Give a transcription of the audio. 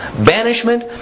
banishment